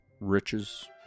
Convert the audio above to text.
Riches